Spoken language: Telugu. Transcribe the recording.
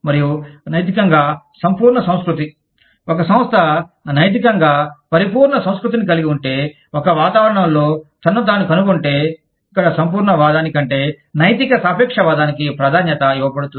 మరియు నైతికంగా సంపూర్ణ సంస్కృతి ఒక సంస్థ నైతికంగా సంపూర్ణ సంస్కృతిని కలిగి ఉంటే ఒక వాతావరణంలో తనను తాను కనుగొంటే ఇక్కడ సంపూర్ణవాదాని కంటే నైతిక సాపేక్షవాదానికి ప్రాధాన్యత ఇవ్వబడుతుంది